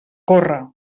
corre